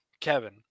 Kevin